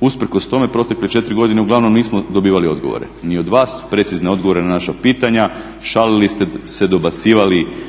Usprkos tome protekle 4 godine uglavnom nismo dobivali odgovore, ni od vas precizne odgovore na naša pitanja, šalili ste se, dobacivali.